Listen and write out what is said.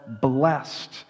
blessed